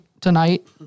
tonight